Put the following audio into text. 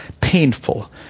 painful